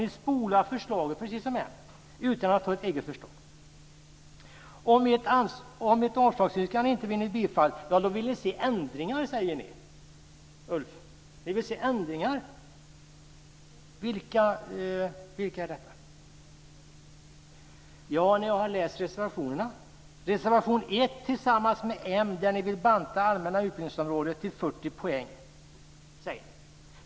Ni spolar förslaget utan att ha ett eget förslag. Om ert avslagsyrkande inte vinner bifall vill ni se ändringar. Vilka är dessa? Ja, ni har läst reservationerna. I reservation 1, tillsammans med m, vill ni banta allmänna utbildningsområdet till 40 poäng.